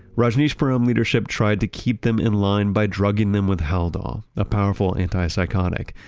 rajneeshpuram leadership tried to keep them in line by drugging them with haldol, a powerful anti-psychotic.